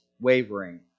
wavering